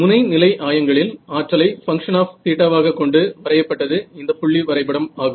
முனை நிலை ஆயங்களில் ஆற்றலை பங்க்ஷன் ஆப் θ ஆக கொண்டு வரையப்பட்டது இந்த புள்ளி வரைபடம் ஆகும்